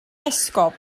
esgob